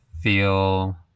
feel